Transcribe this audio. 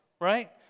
right